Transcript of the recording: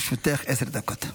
לרשותך עשר דקות.